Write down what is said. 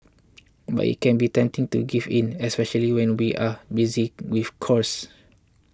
but it can be tempting to give in especially when we are busy with chores